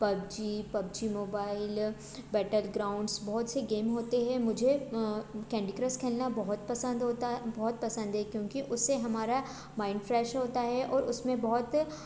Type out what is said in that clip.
PUBG PUBG mobile battlegrounds बहुत से game होते हैं मुझे कैंडी क्रश खेलना बहुत पसंद होता है बहुत पसंद है क्योंकि उसे हमारा माइंड फ्रेश होता है और उस में बहुत